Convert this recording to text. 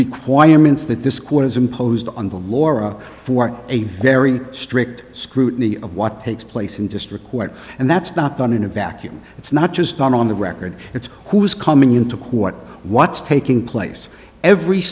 requirements that this court has imposed on the laura for a very strict scrutiny of what takes place in district court and that's not done in a vacuum it's not just on the record it's who's coming into court what's taking place every